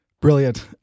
Brilliant